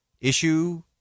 issue